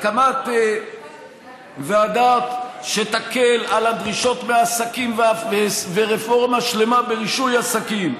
הקמת ועדה שתקל על הדרישות מעסקים ורפורמה שלמה ברישוי עסקים,